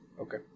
Okay